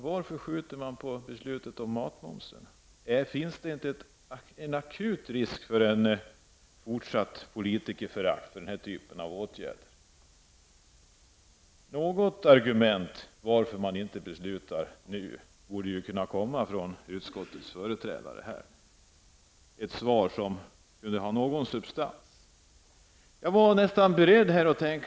Varför skjuter man på beslutet om matmomsen? Finns det inte en akut risk för fortsatt politikerförakt på grund av den typen av åtgärder? Det borde komma något argument från utskottets företrädare för att man inte fattar ett beslut nu. Det borde också vara ett svar med någon substans.